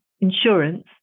insurance